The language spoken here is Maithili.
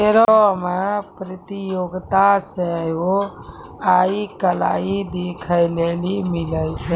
करो मे प्रतियोगिता सेहो आइ काल्हि देखै लेली मिलै छै